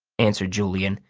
answered julian.